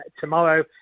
tomorrow